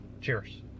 Cheers